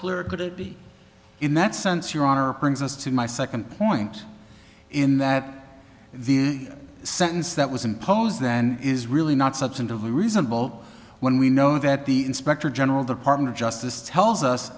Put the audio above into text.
clearer could it be in that sense your honor brings us to my second point in that the sentence that was imposed then is really not substantively reasonable when we know that the inspector general the partner justice tells us